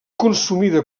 consumida